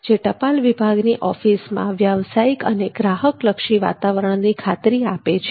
જે ટપાલ વિભાગની ઓફિસમાં વ્યવસાયિક અને ગ્રાહક લક્ષી વાતાવરણની ખાતરી આપે છે